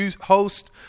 host